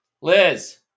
Liz